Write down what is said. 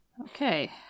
Okay